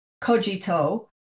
cogito